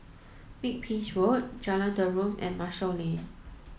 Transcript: Makepeace Road Jalan Derum and Marshall Lane